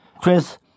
Chris